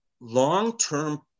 long-term